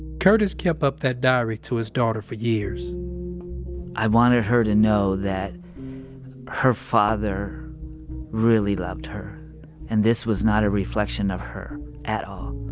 curtis kept up that diary to his daughter for years i wanted her to know that her father really loved her and this was not a reflection of her at all.